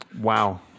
Wow